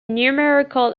numerical